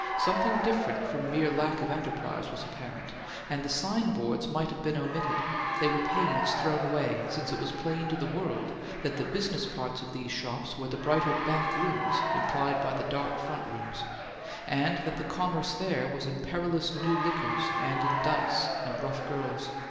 something different from mere lack of enterprise was apparent and the signboards might have been omitted they were pains thrown away, since it was plain to the world that the business parts of these shops were the brighter back rooms implied by the dark front rooms and that the commerce there was in perilous new liquors and in dice and rough girls.